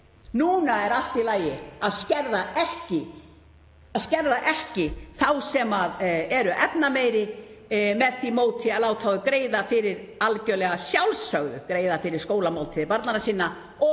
núna er allt í lagi að skerða ekki þá sem eru efnameiri með því móti að láta þá algerlega að sjálfsögðu greiða fyrir skólamáltíðir barnanna sinna og